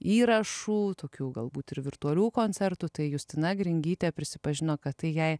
įrašų tokių galbūt ir virtualių koncertų tai justina gringytė prisipažino kad tai jai